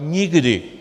Nikdy.